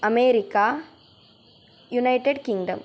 अमेरिक United kingdom